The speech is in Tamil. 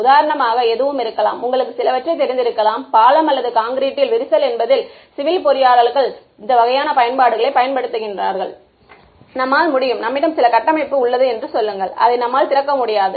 உதாரணமாக எதுவும் இருக்கலாம் உங்களுக்கு சிலவற்றை தெரிந்திருக்கலாம் பாலம் அல்லது கான்கிரீட்டில் விரிசல் என்பதில் சிவில் பொறியாளர்கள் இந்த வகையான பயன்பாடுகளைப் பயன்படுத்துகின்றனர் நம்மால் முடியும் நம்மிடம் சில கட்டமைப்பு உள்ளது என்று சொல்லுங்கள் அதை நம்மால் திறக்க முடியாது